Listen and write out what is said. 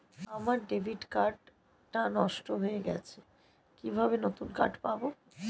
আমার debit card টা নষ্ট হয়ে গেছে কিভাবে নতুন কার্ড পাব?